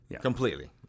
Completely